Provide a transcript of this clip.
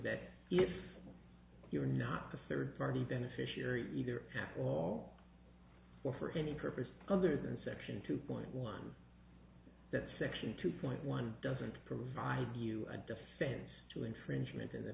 that if you are not the third party beneficiary either at all or for any purpose other than section two point one that section two point one doesn't provide you a defense to infringement on the